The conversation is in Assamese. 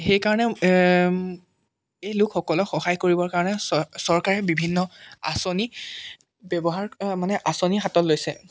সেইকাৰণে এই লোকসকলক সহায় কৰিবৰ কাৰণে চ চৰকাৰে বিভিন্ন আঁচনি ব্যৱহাৰ মানে আঁচনি হাতত লৈছে